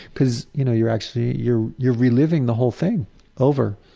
because you know, you're actually, you're you're reliving the whole thing over.